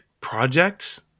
projects